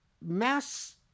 Mass